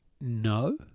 no